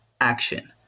action